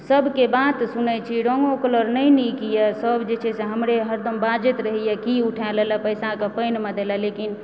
सबके बात सुनै छी रङ्गो कलर नहि निक यऽ सब जे छै से हमरे हरदम बाजैत रहैए की उठा लए ला पैसाके पानिमे दए देला लेकिन